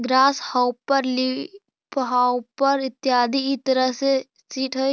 grass hopper leafhopper इत्यादि इ तरह के सीट हइ